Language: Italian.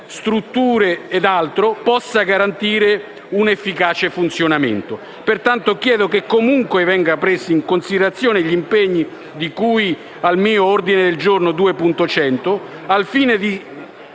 strutture ed altro possa garantire un efficace funzionamento. Pertanto, chiedo che comunque venga preso in considerazione l'impegno di cui al mio ordine del giorno G2.100, al fine di